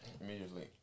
immediately